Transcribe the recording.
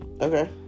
okay